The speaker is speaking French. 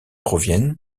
proviennent